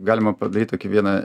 galima padaryt tokį vieną